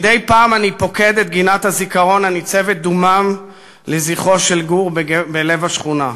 מדי פעם אני פוקד את גינת הזיכרון הניצבת דומם לזכרו של גור בלב השכונה.